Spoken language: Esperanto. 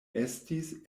estis